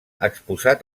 exposat